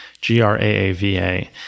G-R-A-A-V-A